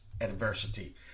adversity